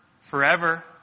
forever